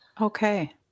Okay